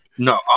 No